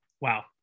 wow